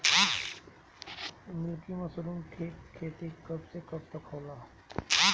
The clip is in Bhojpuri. मिल्की मशरुम के खेती कब से कब तक होला?